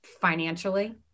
financially